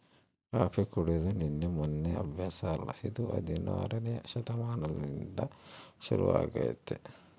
coffee ಕುಡೆದು ನಿನ್ನೆ ಮೆನ್ನೆ ಅಭ್ಯಾಸ ಅಲ್ಲ ಇದು ಹದಿನಾರನೇ ಶತಮಾನಲಿಸಿಂದ ಶುರುವಾಗೆತೆ